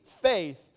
faith